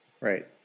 Right